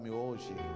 hoje